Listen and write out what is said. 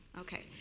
Okay